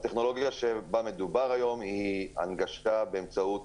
הטכנולוגיה שבה מדובר היום היא הנגשה באמצעות